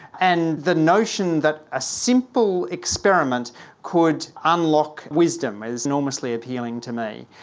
and the notion that a simple experiment could unlock wisdom is enormously appealing to me.